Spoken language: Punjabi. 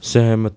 ਸਹਿਮਤ